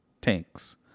tanks